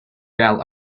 bell